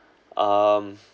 um